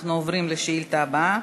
אנחנו עוברים לשאילתה הבאה.